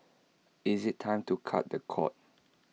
is IT time to cut the cord